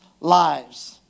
lives